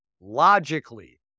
Logically